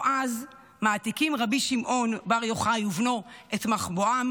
או אז מעתיקים רבי שמעון בר יוחאי ובנו את מחבואם